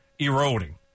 eroding